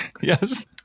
yes